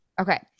Okay